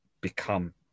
become